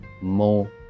more